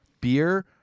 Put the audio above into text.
Beer